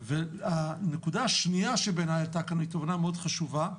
הנקודה השנייה, שבעיניי הייתה תובנה מאוד חשובה,